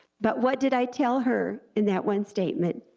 but what did i tell her in that one statement?